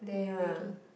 ya